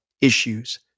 issues